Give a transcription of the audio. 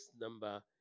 number